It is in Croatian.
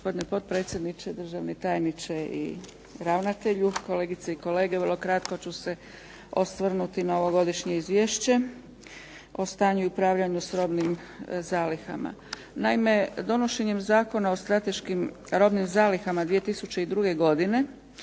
Gospodine potpredsjedniče, državni tajniče i ravnatelju, kolegice i kolege. Vrlo kratko ću se osvrnuti na ovogodišnje Izvješće o stanju i upravljanju s robnim zalihama. Naime, donošenjem Zakona o strateškim robnim zalihama 2002. godine